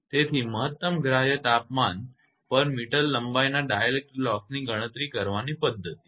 તેથી મહત્તમ ગ્રાહય તાપમાન પર મીટર લંબાઈના ડાઇલેક્ટ્રિક લોસની ગણતરી કરવાની પદ્ધતિ છે